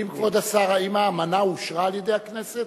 האם, כבוד השר, האמנה אושרה על-ידי הכנסת?